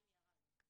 (2) ירד.